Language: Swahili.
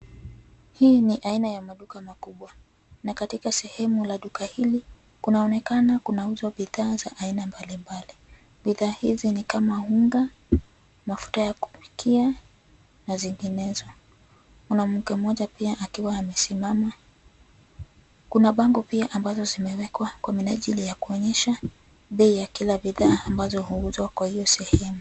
Hii ni aina ya maduka makubwa na katika sehemu la duka hili kunaonekana kunauzwa bidhaa za aina mbalimbali. Bidhaa hizi ni kama unga, mafuta ya kupikia na zinginezo. Mwanamke mmoja pia akiwa amesimama. Kuna bango pia ambazo zimewekwa kwa minajili ya kuonyesha bei ya kila bidhaa ambazo huuzwa kwa hiyo sehemu.